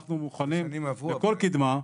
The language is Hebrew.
אנחנו מוכנים לכל קדמה.